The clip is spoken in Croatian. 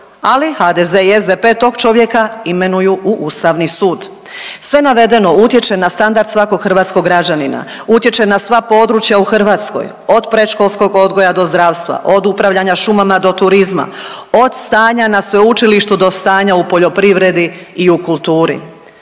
ali HDZ i SDP tog čovjeka imenuju u Ustavni sud. Sve navedeno utječe na standard svakog hrvatskog građanina, utječe na sva područja u Hrvatskoj, od predškolskog odgoja do zdravstva, od upravljanja šumama do turizma, od stanja na sveučilištu do stanja u poljoprivredi i u kulturi.